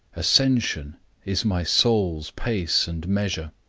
ascension is my soul's pace and measure,